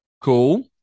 Cool